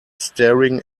staring